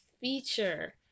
feature